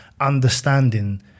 understanding